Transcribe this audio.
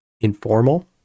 informal